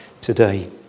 today